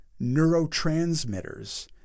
neurotransmitters